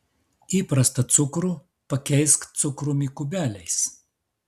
įprastą cukrų pakeisk cukrumi kubeliais